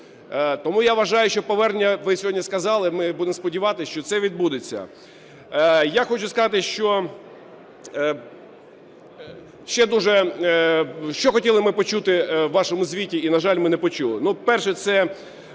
Тому я вважаю, що повернення, як ви сьогодні сказали, ми будемо сподіватися, що це відбудеться. Я хочу сказати, що хотіли ми почути в вашому звіті і, на жаль, ми не почули.